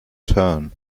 turn